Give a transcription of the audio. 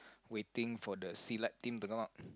waiting for the Silat team to come out